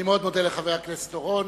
אני מאוד מודה לחבר הכנסת אורון.